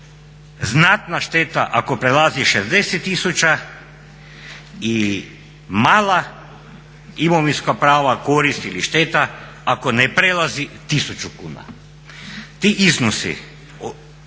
znatna šteta ako prelazi 60 tisuća i mala imovinska prava, korist ili šteta ako ne prelazi 1000 kuna. Ti iznosi